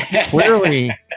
clearly